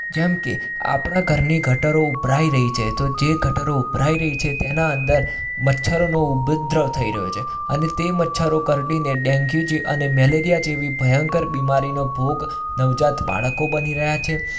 જેમ કે આપણા ઘરની ગટરો ઊભરાઈ રહી છે તો જે ગટરો ઊભરાઈ રહી છે તેના અંદર મચ્છરોનો ઉપદ્રવ થઈ રહ્યો છે અને તે મચ્છરો કરડીને ડેન્ગ્યુ છે અને મેલેરિયા જેવી ભયંકર બીમારીનો ભોગ નવજાત બાળકો બની રહ્યા છે